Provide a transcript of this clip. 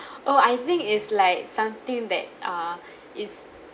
oh I think is like something that uh is